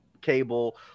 cable